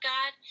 God